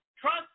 trust